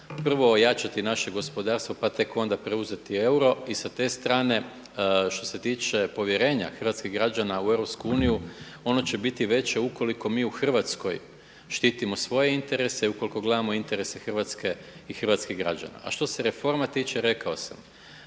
prvo ojačati naše gospodarstvo pa tek onda preuzeti euro i sa te strane što se tiče povjerenje hrvatskih građana u EU ono će biti veće ukoliko mi u Hrvatskoj štitimo svoje interese i ukoliko gledamo interese Hrvatske i hrvatskih građana. A što se reforma tiče, rekao sam,